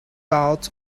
out